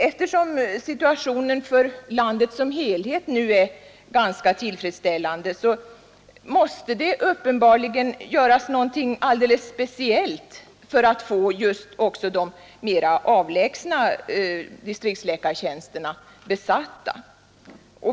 Eftersom situationen för landet som helhet nu är ganska tillfredsställande så måste det uppenbarligen göras något alldeles speciellt för att få också de mer avlägsna distriktsläkartjänsterna besatta.